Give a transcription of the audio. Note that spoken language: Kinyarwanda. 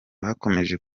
bakomeje